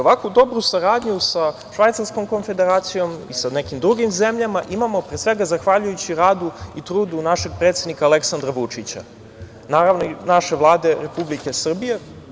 Ovako dobru saradnju sa Švajcarskom Konfederacijom i sa nekim drugim zemljama imamo, pre svega, zahvaljujući radu i trudu našeg predsednika Aleksandra Vučića i naše Vlade Republike Srbije.